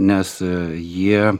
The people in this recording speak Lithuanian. nes jie